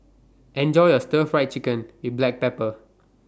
Enjoy your Stir Fried Chicken with Black Pepper